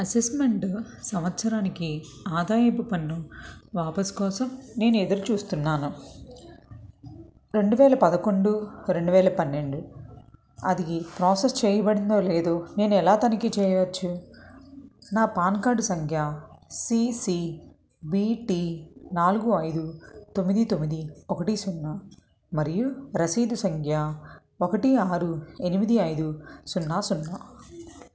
assessment సంవత్సరానికి ఆదాయపు పన్ను వాపస్ కోసం నేను ఎదురుచూస్తున్నాను రెండు వేల పదకొండు రెండు వేల పన్నెండు అది ఈ ప్రాసెస్ చేయబడిందో లేదో నేను ఎలా తనిఖీ చేయెచ్చు నా పాన్ కార్డు సంఖ్య సీ సీ బీ టీ నాలుగు ఐదు తొమ్మిది తొమ్మిది ఒకటి సున్నా మరియు రసీదు సంఖ్య ఒకటి ఆరు ఎనిమిది ఐదు సున్నా సున్నా